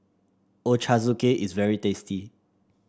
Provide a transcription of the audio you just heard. Ochazuke is very tasty